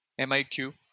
MIQ